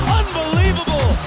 unbelievable